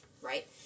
right